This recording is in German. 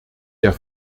der